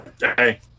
Hey